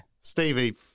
stevie